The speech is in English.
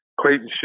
Clayton